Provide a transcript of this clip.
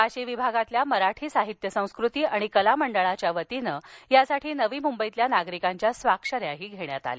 वाशी विभागातल्या मराठी साहित्य संस्कृती आणि कला मंडळाच्या वतीन यासाठी नवी मूंबईमधल्या नागरिकांच्या स्वक्षऱ्या घेण्यात आल्या